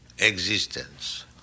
Existence